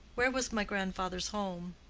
where was my grandfather's home?